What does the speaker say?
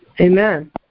Amen